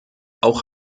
auch